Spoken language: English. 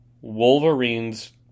Wolverines